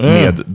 med